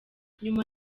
nyuma